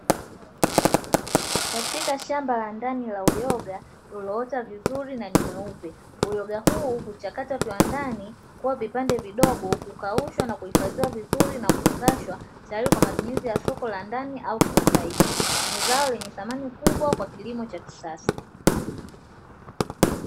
Katika shamba la ndani la uyoga ulioota vizuri na ni mweupe ,uyoga huu huchakatwa kiwandani kuwa vipande vidogo kukaushwa na kuhifadhiwa vizuri na kufungashwa tayari kwa matumizi ya soko la ndani au kimataifa ni zao lenye thamani kubwa kwa kilimo cha kisasa.